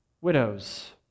widows